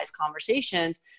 conversations